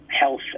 health